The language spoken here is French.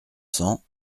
cents